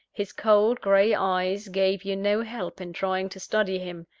his cold grey eyes gave you no help in trying to study him.